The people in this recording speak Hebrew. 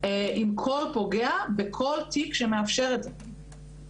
עם כל פוגע ובכל תיק שמאפשר את זה.